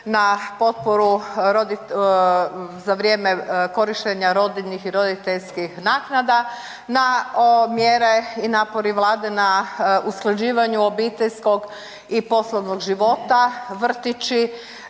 na potporu za vrijeme korištenja rodiljnih i roditeljskih naknada, na mjere i napore Vlade na usklađivanju obiteljskog i poslovnog života, … …vrtići